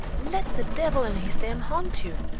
let the devil and his dam haunt you!